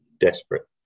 desperate